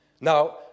Now